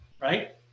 right